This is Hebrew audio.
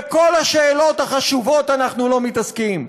בכל השאלות החשובות אנחנו לא מתעסקים,